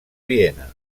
viena